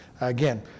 Again